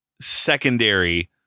secondary